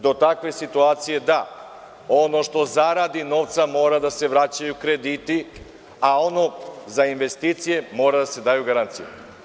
Do takve situacije da ono što zaradi novca mora da se vraćaju krediti, a ono za investicije mora da se daju garancije.